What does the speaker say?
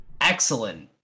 excellent